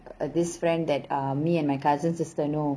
uh this friend that uh me and my cousin's sister know